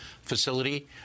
facility